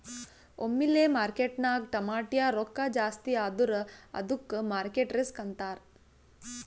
ಒಮ್ಮಿಲೆ ಮಾರ್ಕೆಟ್ನಾಗ್ ಟಮಾಟ್ಯ ರೊಕ್ಕಾ ಜಾಸ್ತಿ ಆದುರ ಅದ್ದುಕ ಮಾರ್ಕೆಟ್ ರಿಸ್ಕ್ ಅಂತಾರ್